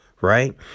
right